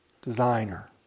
designer